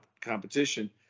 competition